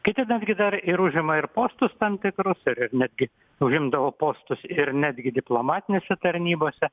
kiti netgi dar ir užima ir postus tam tikrus ir netgi užimdavo postus ir netgi diplomatinėse tarnybose